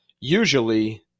Usually